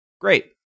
Great